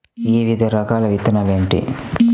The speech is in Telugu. వివిధ రకాల విత్తనాలు ఏమిటి?